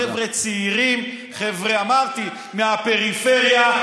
חבר'ה צעירים, אמרתי, ומהפריפריה.